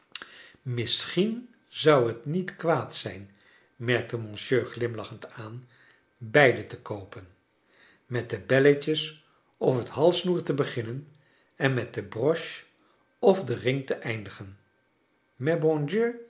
misschien zou het niet kwaad zijn merkte monsieur glimlachend aan beide te koopen met de belletjes of het halssnoer te beginnen en met de troche of den ring te eindigen